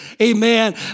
Amen